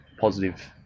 positive